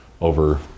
over